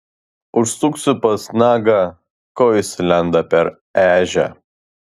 užsuksiu pas nagą ko jis lenda per ežią